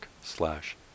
slash